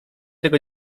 tego